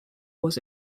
was